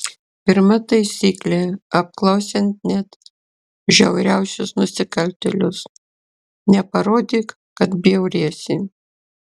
pirma taisyklė apklausiant net žiauriausius nusikaltėlius neparodyk kad bjauriesi